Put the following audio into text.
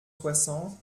soixante